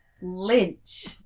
lynch